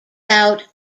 about